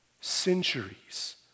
centuries